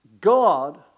God